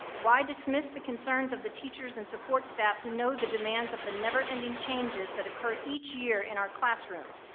why dismiss the concerns of the teachers and support staff who know the demands of the never ending changes that occur each year in our classrooms?